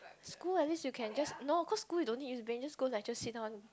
school at least you can just no cause school you don't need use brain just go lecture sit down